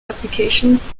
applications